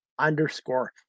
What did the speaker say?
underscore